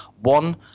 one